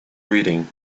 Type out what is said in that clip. reading